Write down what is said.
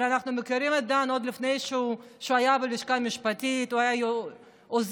אבל אנחנו מכירים את דן עוד כשהוא היה בלשכה המשפטית והיה עוזר